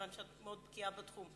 משום שאת מאוד בקיאה בתחום.